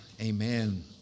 Amen